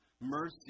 mercy